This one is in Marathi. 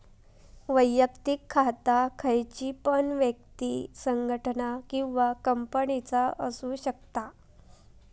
वैयक्तिक खाता खयची पण व्यक्ति, संगठना किंवा कंपनीचा असु शकता